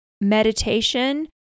meditation